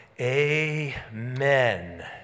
Amen